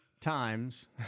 times